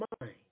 mind